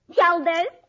Shoulders